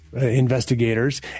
investigators